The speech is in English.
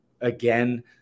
again